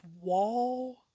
wall